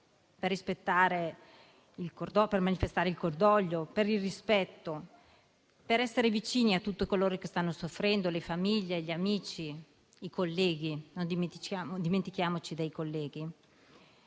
per manifestare il cordoglio, il rispetto, per essere vicini a tutti coloro che stanno soffrendo: le famiglie, gli amici, i colleghi (non dimentichiamoci dei colleghi).